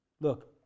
Look